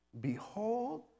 Behold